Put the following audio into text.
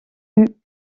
eut